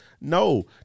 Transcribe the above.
No